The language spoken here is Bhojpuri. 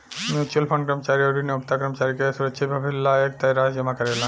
म्यूच्यूअल फंड कर्मचारी अउरी नियोक्ता कर्मचारी के सुरक्षित भविष्य ला एक तय राशि जमा करेला